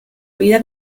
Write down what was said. vida